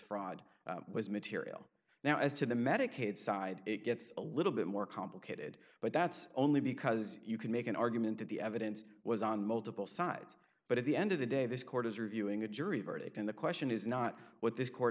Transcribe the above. fraud was material now as to the medicaid side it gets a little bit more complicated but that's only because you can make an argument that the evidence was on multiple sides but at the end of the day this court is reviewing a jury verdict and the question is not what this court